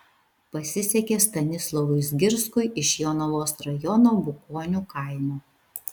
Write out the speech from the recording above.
pasisekė stanislovui zgirskui iš jonavos rajono bukonių kaimo